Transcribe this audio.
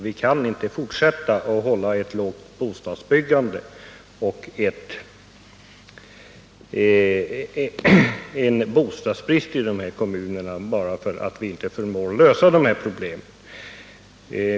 Vi kan inte fortsätta att hålla ett lågt bostadsbyggande och därmed skapa bostadsbrist i de här kommunerna bara därför att vi inte förmår lösa problemen.